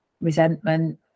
resentment